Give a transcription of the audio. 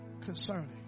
concerning